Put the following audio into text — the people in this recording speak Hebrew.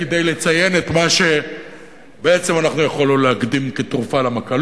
כדי לציין את מה שבעצם יכולנו להקדים כתרופה למכה.